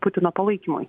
putino palaikymui